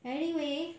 anyway